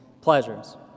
pleasures